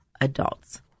adults